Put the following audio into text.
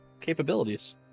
capabilities